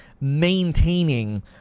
maintaining